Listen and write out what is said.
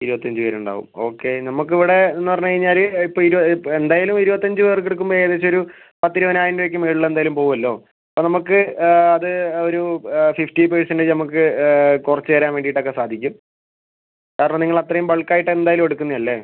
ഇരുപത്തിയഞ്ച് പേർ ഉണ്ടാവും ഓക്കെ നമുക്ക് ഇവിടെയെന്ന് പറഞ്ഞ് കഴിഞ്ഞാൽ ഇപ്പം ഇരുപത് എന്തായാലും ഇരുപത്തിയഞ്ച് പേർക്ക് എടുക്കുമ്പോൾ ഏകദേശം ഒരു പത്ത് ഇരുപതിനായിരം രൂപയ്ക്ക് മേളിൽ എന്തായാലും പോവുമല്ലോ അപ്പോൾ നമുക്ക് അത് നമുക്ക് അത് ഒരു ഫിഫ്റ്റി പെർസെൻറ്റേജ് നമുക്ക് കുറച്ച് തരാൻ വേണ്ടിയിട്ട് ഒക്കെ സാധിക്കും കാരണം നിങ്ങൾ അത്രയും ബൾക്ക് ആയിട്ട് എന്തായാലും എടുക്കുന്നത് അല്ലേ